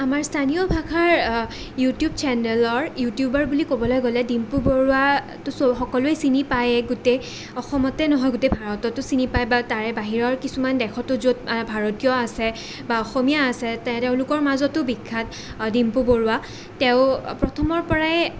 আমাৰ স্থানীয় ভাষাৰ ইউটিউব চেনেলৰ ইউটিউবাৰ বুলি ক'বলৈ গ'লে ডিম্পু বৰুৱা সকলোৱে চিনি পায়ে গোটেই অসমতে নহয় গোটেই ভাৰততো চিনি পায় বা তাৰে বাহিৰৰ কিছুমান দেশতো য'ত ভাৰতীয় আছে বা অসমীয়া আছে তেওঁলোকৰ মাজতো বিখ্যাত ডিম্পু বৰুৱা তেওঁ প্ৰথমৰ পৰাই